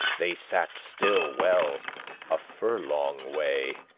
they satte stille well a furlong way.